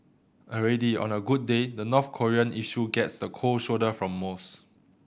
already on a good day the North Korean issue gets the cold shoulder from most